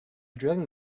drilling